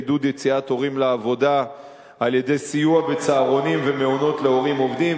עידוד יציאת הורים לעבודה על-ידי סיוע בצהרונים ומעונות להורים עובדים,